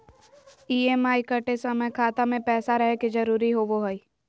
EMI कटे समय खाता मे पैसा रहे के जरूरी होवो हई